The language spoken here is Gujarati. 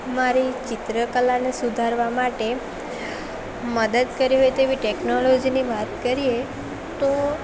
મારી ચિત્ર કલાને સુધારવા માટે મદદ કરી હોય તેવી ટેકનોલોજીની વાત કરીએ તો